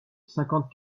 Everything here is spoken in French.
cinquante